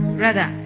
brother